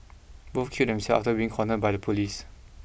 both killed themselves after being cornered by the police